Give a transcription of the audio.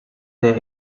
there